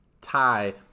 tie